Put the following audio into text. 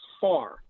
far